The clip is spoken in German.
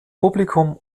publikum